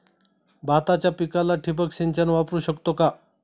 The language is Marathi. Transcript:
भाताच्या पिकाला ठिबक सिंचन वापरू शकतो का?